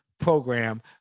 program